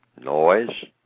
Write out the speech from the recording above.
Noise